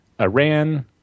Iran